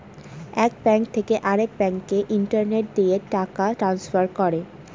এক ব্যাঙ্ক থেকে আরেক ব্যাঙ্কে ইন্টারনেট দিয়ে টাকা ট্রান্সফার করে